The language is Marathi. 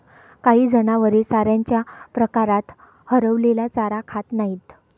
काही जनावरे चाऱ्याच्या प्रकारात हरवलेला चारा खात नाहीत